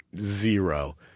zero